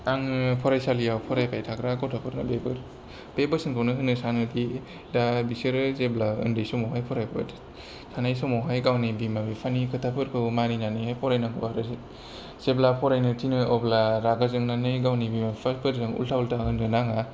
आङो फरायसालियाव फरायबाय थाग्रा गथ'फोरनो बे बोसोनखौनो होनो सानो दि दा बिसोरो जेब्ला ओन्दै समावहाय फरायबाय थानाय समावहाय गावनि बिमा बिफानि खोथाफोरखौ मानिनानै फरायनांगौ आरो जेब्ला फरायनो थिनो अब्ला रागा जोंनानै गावनि बिमा बिफाफोरजों उल्था उल्था होननो नाङा